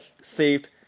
saved